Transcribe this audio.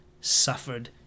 suffered